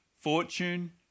fortune